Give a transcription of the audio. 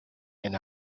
and